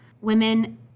Women